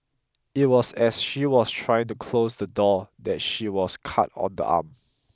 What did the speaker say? it was as she was trying to close the door that she was cut on the arm